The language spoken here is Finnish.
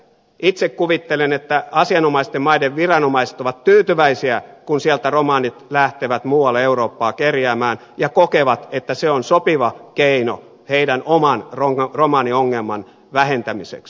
itse kuvittelen että asianomaisten maiden viranomaiset ovat tyytyväisiä kun sieltä romanit lähtevät muualle eurooppaan kerjäämään ja kokevat että se on sopiva keino heidän oman romaniongelmansa vähentämiseksi